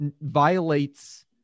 violates